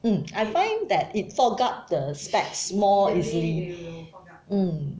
mm I find that it fog up the specs more easily mm